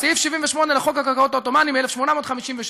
סעיף 78 לחוק הקרקעות העות'מאני מ-1853,